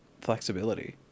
flexibility